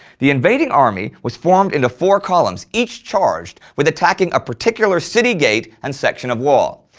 the invading army was formed into four columns, each charged with attacking a particular city gate and section of wall.